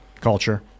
culture